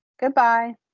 Goodbye